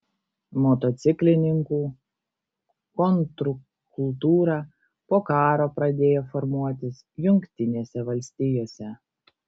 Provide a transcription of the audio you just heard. motociklininkų kontrkultūra po karo pradėjo formuotis jungtinėse valstijose